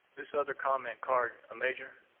this other comment card, a major,